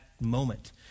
moment